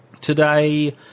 today